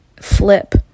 flip